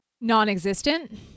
non-existent